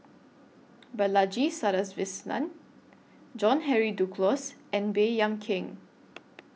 Balaji Sadasivan John Henry Duclos and Baey Yam Keng